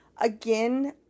Again